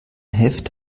heft